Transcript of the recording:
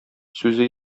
сүзе